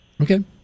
Okay